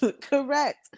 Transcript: Correct